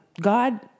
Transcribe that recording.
God